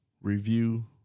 review